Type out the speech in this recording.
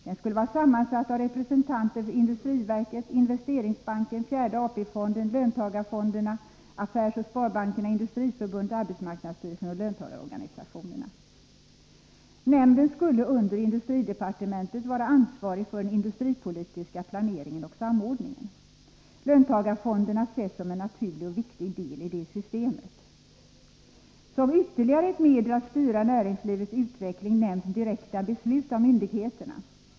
Den skulle vara sammansatt av representanter för Industriverket, Investeringsbanken, fjärde AP fonden, löntagarfonderna, affärsoch sparbankerna, Industriförbundet, arbetsmarknadsstyrelsen och löntagarorganisationerna. Nämnden skulle under industridepartementet vara ansvarig för den industripolitiska planeringen och samordningen. Löntagarfonderna ses som en naturlig och viktig del i systemet. Som ytterligare ett medel att styra näringslivets utveckling nämns direkta beslut av myndigheterna.